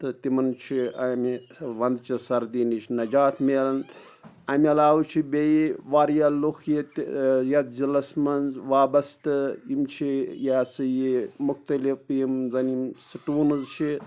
تہٕ تِمَن چھِ اَمہِ وَندٕ چہِ سردی نِش نَجات مِلَان اَمہِ علاوٕ چھِ بیٚیہِ واریاہ لُکھ یہِ تہِ یَتھ ضِلَعس منٛز وابستہٕ یِم چھِ یہِ ہسا یہِ مختلف یِم زَن یِم سٹوٗلٕز چھِ